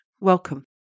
welcome